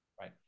Right